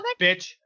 bitch